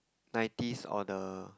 nineties or the